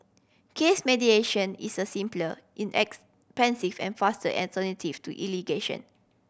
case mediation is a simpler inexpensive and faster alternative to litigation